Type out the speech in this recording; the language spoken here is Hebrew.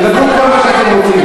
תאמרו כל מה שאתם רוצים.